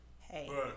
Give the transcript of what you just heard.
Hey